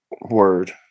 Word